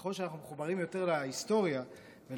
ככל שאנחנו מחוברים יותר להיסטוריה ולשורשים,